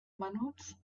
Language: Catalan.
menuts